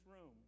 room